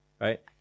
right